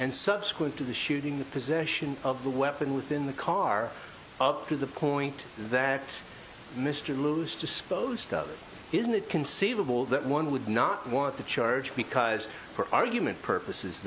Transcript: and subsequent to the shooting the possession of the weapon within the car up to the point that mr lose disposed of it isn't it conceivable that one would not want to charge because argument purposes